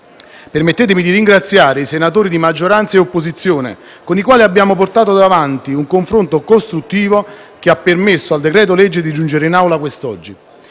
Permettetemi di ringraziare i senatori di maggioranza e di opposizione, con i quali abbiamo portato avanti un confronto costruttivo che ha permesso al decreto-legge di giungere in Aula quest'oggi.